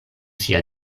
sia